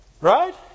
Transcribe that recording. Right